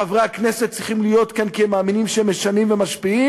חברי הכנסת צריכים להיות כאן כי הם מאמינים שהם משנים ומשפיעים,